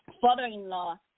father-in-law